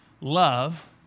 love